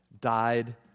died